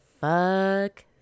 Fuck